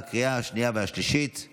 באמת חוק טוב.